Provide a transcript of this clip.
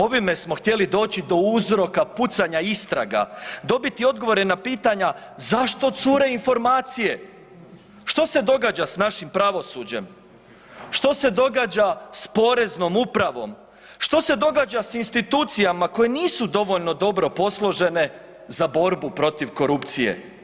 Ovime smo htjeli doći do uzroka pucanja istraga, dobiti odgovore na pitanja zašto cure informacije, što se događa s našim pravosuđem, što se događa s Poreznom upravom, što se događa s institucijama koja nisu dovoljno dobro posložene za borbu protiv korupcije.